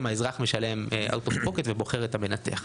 האזרח משלם out of pocket ובוחר את המנתח.